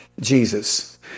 Jesus